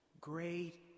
great